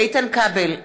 איתן כבל,